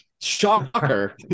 Shocker